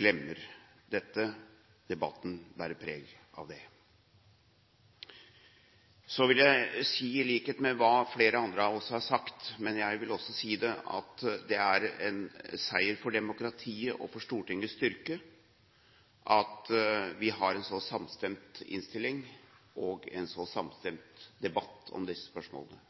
glemmer dette. Debatten bærer preg av det. Så vil jeg si – i likhet med det flere andre av oss har sagt, men jeg vil også si det – at det er en seier for demokratiet og for Stortingets styrke at vi har en så samstemt innstilling og en så samstemt debatt om disse spørsmålene.